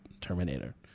Terminator